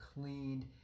cleaned